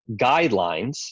guidelines